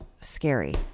scary